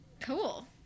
Cool